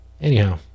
Anyhow